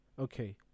Okay